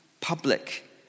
public